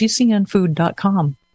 GCNfood.com